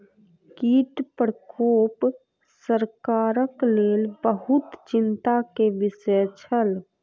कीट प्रकोप सरकारक लेल बहुत चिंता के विषय छल